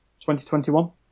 2021